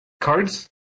Cards